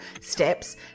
steps